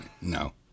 no